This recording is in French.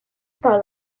par